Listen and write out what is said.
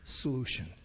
solution